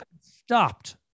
stopped